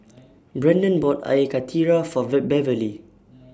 Brendan bought Air Karthira For The Beverlee